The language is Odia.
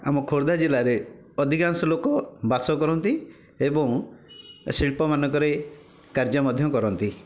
ଆମ ଖୋର୍ଦ୍ଧା ଜିଲ୍ଲାରେ ଅଧିକାଂଶ ଲୋକ ବାସ କରନ୍ତି ଏବଂ ଶିଳ୍ପମାନଙ୍କରେ କାର୍ଯ୍ୟ ମଧ୍ୟ କରନ୍ତି